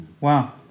Wow